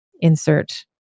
insert